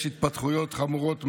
יש התפתחויות חמורות מאוד.